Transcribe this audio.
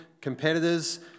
competitors